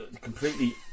completely